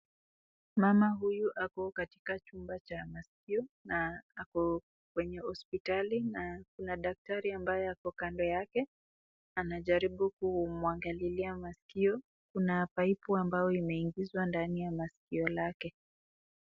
Huyu ama ako katika chumba cha maziwa na ako kwenye hospitali na daktari ambaye ako kando yake anajaribu kumwangalilia masikio kuna paipu ambaye imeingiswa ndani ya masikio lake.